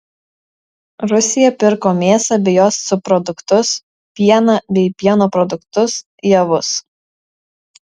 rusija pirko mėsą bei jos subproduktus pieną bei pieno produktus javus